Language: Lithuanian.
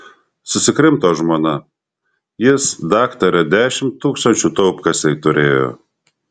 susikrimto žmona jis daktare dešimt tūkstančių taupkasėj turėjo